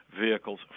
vehicles